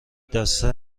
دسته